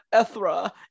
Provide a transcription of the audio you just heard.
Ethra